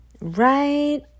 right